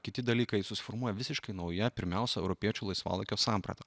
kiti dalykai susiformuoja visiškai nauja pirmiausia europiečių laisvalaikio samprata